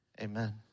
Amen